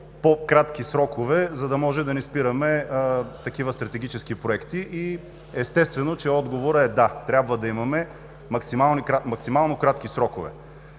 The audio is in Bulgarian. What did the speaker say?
по-кратки срокове, за да може да не спираме такива стратегически проекти и, естествено е, че отговорът е: да, трябва да имаме максимално кратки срокове,